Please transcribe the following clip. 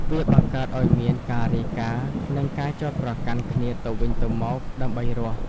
វាបង្កើតឱ្យមានការរាយការណ៍ និងការចោទប្រកាន់គ្នាទៅវិញទៅមកដើម្បីរស់។